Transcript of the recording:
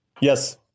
Yes